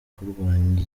kurwanywa